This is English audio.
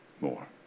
more